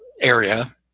area